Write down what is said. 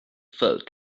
felt